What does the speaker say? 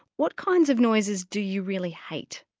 what kinds of noises do you really hate?